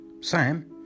Sam